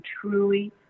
truly